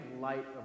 light